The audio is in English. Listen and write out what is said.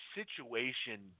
situation